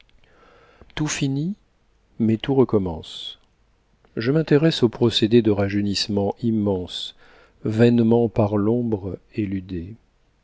tout finit mais tout recommence je m'intéresse au procédé de rajeunissement immense vainement par l'ombre éludé